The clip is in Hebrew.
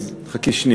אז חכי שנייה.